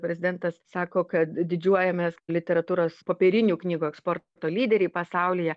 prezidentas sako kad didžiuojamės literatūros popierinių knygų eksporto lyderiai pasaulyje